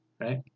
right